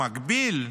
במקביל,